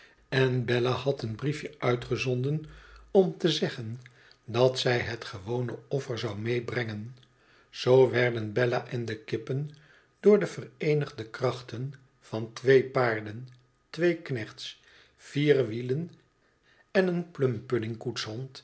en bella had een briefje ond te zeggen dat zij het gewone offer zou medebrengen zoo werden bella en de kippen door de vereenigde krachten van twee paarden twee knechts vier wielen en een plumpudding koetshond